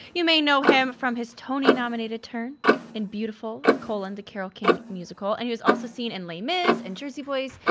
you may know him from his tony nominated turn in beautiful and the carole king musical, and he was also seen in les mis and jersey boys.